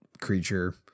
creature